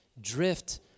drift